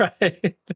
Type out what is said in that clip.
right